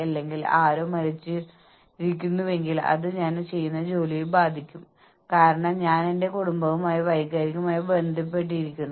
സമ്പദ്വ്യവസ്ഥയിലെ മാറ്റങ്ങൾ ജോലികൾ അല്ലെങ്കിൽ ജോലിയുടെ മൂല്യം എങ്ങനെ മനസ്സിലാക്കുന്നു എന്നതിലെ വ്യത്യാസത്തിന് ഇടയാക്കും